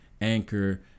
Anchor